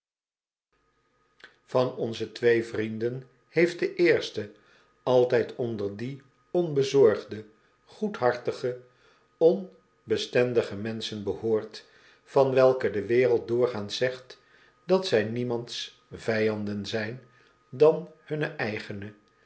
van onze twee vrienden heeft de eerste altijd onder die onbezorgde goedhartige onbestendige menschen behoort van welke de wereld doorgaans zegt dat zij niemands vijanden zijn dan hunne